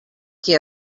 qui